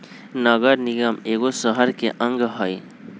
नगर निगम एगो शहरके अङग हइ